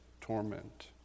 torment